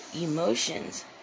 emotions